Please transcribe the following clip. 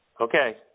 Okay